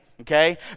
okay